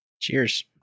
Cheers